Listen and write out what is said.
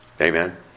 Amen